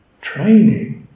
training